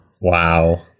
Wow